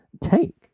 take